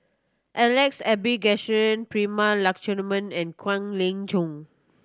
Alex Abisheganaden Prema Letchumanan and Kwek Leng Joo